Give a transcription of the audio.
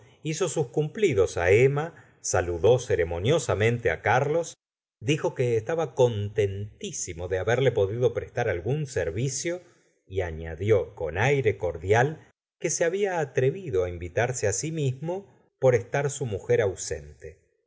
hizo sus cumplidos emma saludó ceremoniosamente carlos dijo que estaba contentísimo de haberle podido prestar algún servicio y añadió con aire cordial que se había atrevido invitarse si mismo por estar su mujer ausente